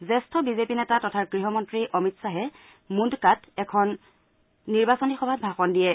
জ্যেষ্ঠ বিজেপি নেতা তথা গহমন্ত্ৰী অমিত খাহে মুণুকাত এখন নিৰ্বাচনী সভাত ভাষণ দিয়ে